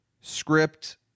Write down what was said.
script